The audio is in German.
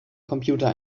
computer